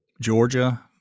Georgia